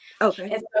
okay